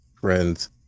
friends